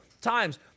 times